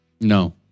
No